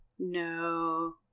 No